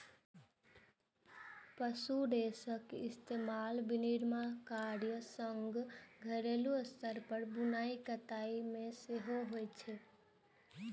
पशु रेशाक इस्तेमाल विनिर्माण कार्यक संग घरेलू स्तर पर बुनाइ कताइ मे सेहो होइ छै